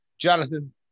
jonathan